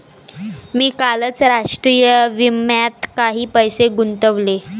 मी कालच राष्ट्रीय विम्यात काही पैसे गुंतवले